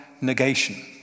negation